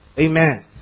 Amen